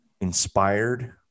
inspired